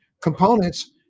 components